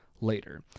later